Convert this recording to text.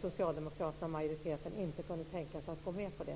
socialdemokraterna och majoriteten inte kunde tänka sig att gå med på det.